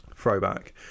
throwback